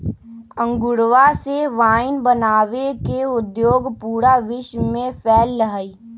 अंगूरवा से वाइन बनावे के उद्योग पूरा विश्व में फैल्ल हई